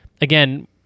again